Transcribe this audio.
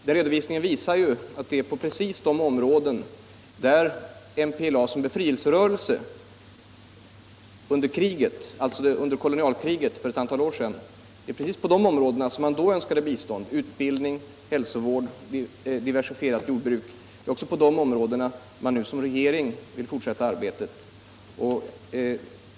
Den redovisningen visar ju att det är på de områden där MPLA såsom befrielserörelse under kolonialkriget för ett antal år sedan önskade bistånd, nämligen utbildning, hälsovård, jordbruk, som MPLA nu såsom regering vill forsätta arbetet.